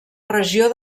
regió